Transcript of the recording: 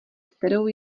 kterou